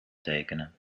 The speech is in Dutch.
tekenen